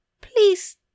please